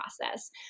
process